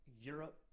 Europe